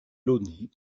launay